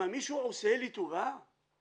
מישהו עושה לי טובה?